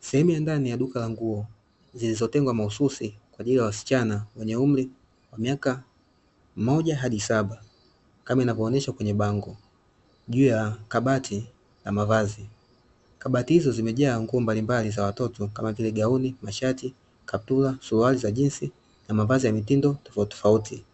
Sehemu ya ndani ya duka la nguo zilizotengwa mahususi kwa ajili ya wasichana wenye umri wa mwaka mmoja hadi saba, kama inavyoonyeshwa kwenye bango, juu ya kabati la mavazi. Kabati hizo zimejaa nguo mbalimbali za watoto kama vile; gauni, mashati, kaptula, suruali za jinsi na mavazi ya mitindo tofautitofauti